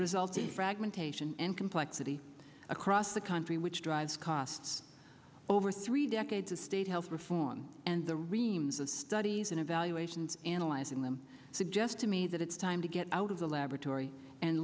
result the fragmentation and complexity across the country which drives costs over three decades of state health reform and the reams of studies and evaluations analyzing them suggest to me that it's time to get out of the laboratory and